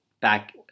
back